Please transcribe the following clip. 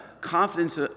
confidence